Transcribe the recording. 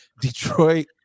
Detroit